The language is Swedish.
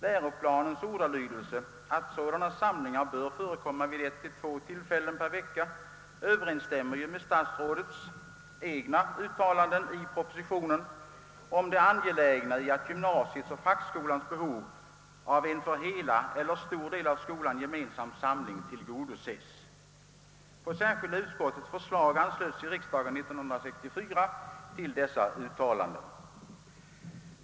Läroplanens ordalydelse att sådana samlingar »bör förekomma vid 1—2 tillfällen per vecka» överensstämmer ju med statsrådets uttalande i propositionen om det angelägna i att »gymnasiets och fackskolans behov av en för hela eller en stor del av skolan gemensam samling tillgodoses». På särskilda utskottets förslag anslöt sig riksdagen år 1964 till statsrådets uttalande.